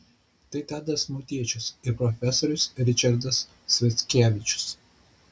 tai tadas motiečius ir profesorius ričardas sviackevičius